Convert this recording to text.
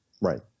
Right